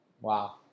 Wow